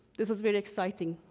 this is very exciting,